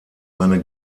eine